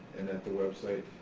and at the website,